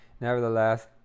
nevertheless